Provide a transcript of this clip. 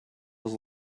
was